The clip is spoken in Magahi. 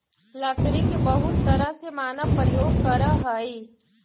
लकड़ी के बहुत तरह से मानव प्रयोग करऽ हइ